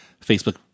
Facebook